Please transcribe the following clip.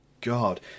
god